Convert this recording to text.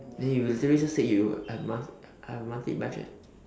then you literally just said you have a month have a monthly budget